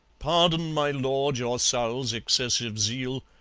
pardon, my lord, your sowls' excessive zeal,